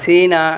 China